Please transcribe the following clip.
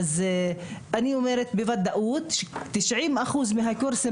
ואני אומרת בוודאות ש-90% מהקורסים